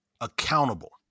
accountable